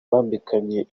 bambikaniye